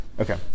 Okay